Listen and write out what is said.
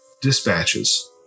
dispatches